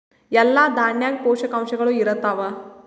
ಎಲ್ಲಾ ದಾಣ್ಯಾಗ ಪೋಷಕಾಂಶಗಳು ಇರತ್ತಾವ?